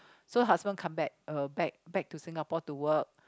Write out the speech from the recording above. so her husband come back uh back to Singapore to work